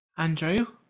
andrew?